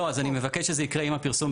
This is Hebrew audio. אז אני מבקש שזה יקרה עם הפרסום